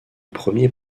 premiers